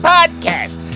Podcast